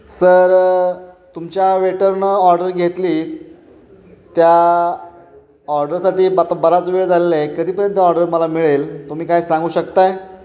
sir तुमच्या वेटरनं order घेतली त्या ऑर्डरसाठी ब आता बराच वेळ झालेला आहे कधीपर्यंत ऑर्डर मला मिळेल तुम्ही काय सांगू शकत आहे